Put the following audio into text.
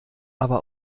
aber